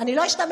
כי אתה לא מבין,